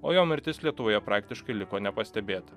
o jo mirtis lietuvoje praktiškai liko nepastebėta